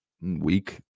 week